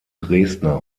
dresdner